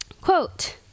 Quote